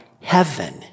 heaven